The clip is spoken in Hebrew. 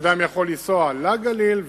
אם אדם יכול לנסוע לגליל ומהגליל,